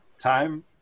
time